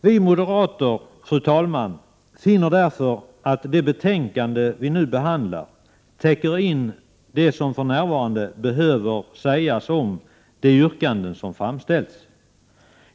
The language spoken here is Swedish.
Vi moderater finner därför att det betänkande som vi nu behandlar täcker in det som för närvarande behöver sägas om de yrkanden som har framställts.